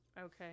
Okay